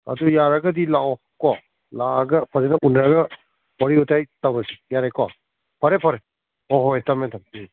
ꯑꯗꯨ ꯌꯥꯔꯒꯗꯤ ꯂꯥꯑꯣ ꯀꯣ ꯂꯥꯑꯒ ꯐꯖꯅ ꯎꯅꯔꯒ ꯋꯥꯔꯤ ꯋꯇꯥꯏ ꯇꯧꯔꯁꯤ ꯌꯥꯔꯦꯀꯣ ꯐꯔꯦ ꯐꯔꯦ ꯍꯣꯏ ꯍꯣꯏ ꯊꯝꯃꯦ ꯊꯝꯃꯦ ꯎꯝ